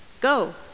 Go